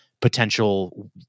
potential